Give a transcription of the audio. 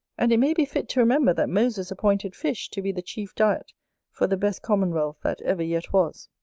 and it may be fit to remember that moses appointed fish to be the chief diet for the best commonwealth that ever yet was.